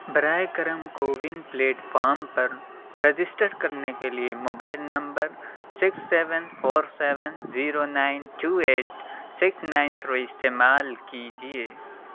برائے کرم کوون پلیٹ فام پر رجسٹر کرنے کے لیے mobile number six seven four seven zero nine two eight six nine three استعمال کیجیے